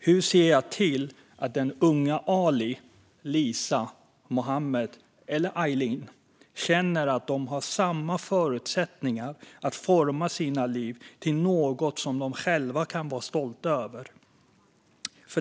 Hur ser jag till att den unge Ali, Lisa, Mohammad eller Aylin känner att de har samma förutsättningar att forma sina liv till något som de själva kan vara stolta över?